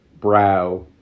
brow